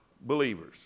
believers